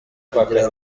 kugira